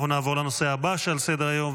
נעבור לנושא הבא שעל סדר-היום,